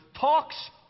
talks